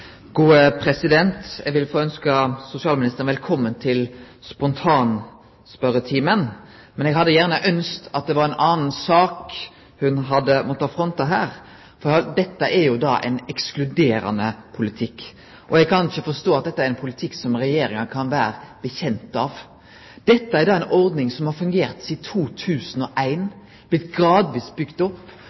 Eg vil få ønskje arbeidsministeren velkommen til spontanspørretimen, men eg hadde gjerne ønskt at det var ei anna sak ho måtte fronte her, for dette er jo ein ekskluderande politikk. Eg kan ikkje forstå at dette er ein politikk som Regjeringa kan vedkjenne seg. Dette er ei ordning som har fungert sidan 2001, blitt gradvis bygd opp